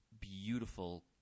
beautiful